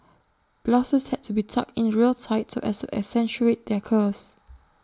blouses had to be tucked in real tight so as accentuate their curves